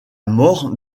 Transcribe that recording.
mort